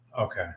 Okay